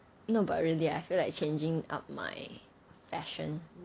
no but really I feel like changing out my fashion